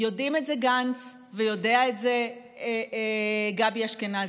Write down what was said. יודע את זה גנץ ויודע את זה גבי אשכנזי,